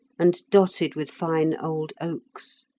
and dotted with fine old oaks.